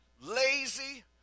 lazy